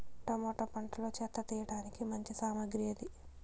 Tomato పంటలో చెత్త తీయడానికి మంచి సామగ్రి ఏది?